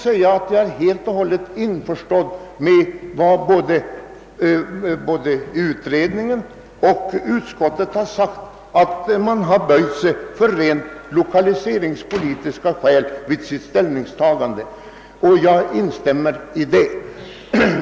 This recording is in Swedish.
Jag är därför helt och hållet införstådd med vad såväl utredningen som utskottet har sagt, nämligen att man vid sitt ställningstagande har böjt sig för rent lokaliseringspolitiska skäl.